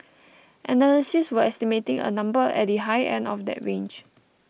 analysts were estimating a number at the high end of that range